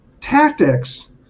Tactics